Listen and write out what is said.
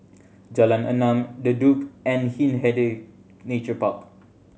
Jalan Enam The Duke and Hindhede Nature Park